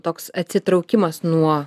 toks atsitraukimas nuo